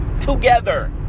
together